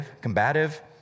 combative